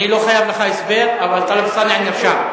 אני לא חייב לך הסבר, אבל טלב אלסאנע נרשם.